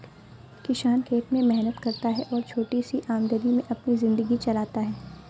किसान खेत में मेहनत करता है और छोटी सी आमदनी में अपनी जिंदगी चलाता है